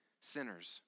sinners